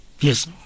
Yes